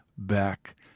back